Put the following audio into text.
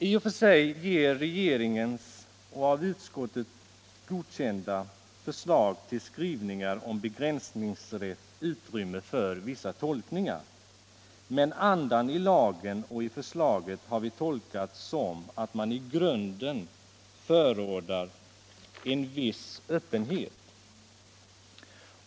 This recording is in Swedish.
I och för sig ger regeringens av utskottet godkända förslag till skrivningar om begränsningsrätt utrymme för vissa tolkningar, men andan i lagen och i förslaget har vi tolkat som att man i grunden förordar en viss öppenhet.